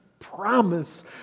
promise